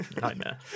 Nightmare